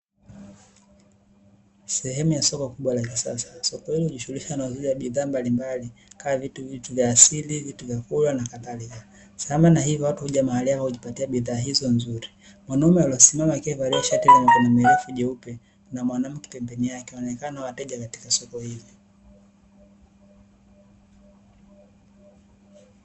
Sehemu ya soko kubwa la kisasa. Soko hilo linajihusisha na uuzaji wa bidhaa mbalimbali, kama vile vitu vya asili, vitu vyakula na kadhalika. Sambamba na hivyo, watu huja mahali hapa kuja kujipatia bidhaa hizo nzuri. Mwanaume aliyesimama akiwa amevalia shati lenye mikono mirefu jeupe na mwanamke pembeni yake, wanaonekana wateja katika soko hili.